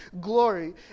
glory